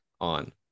on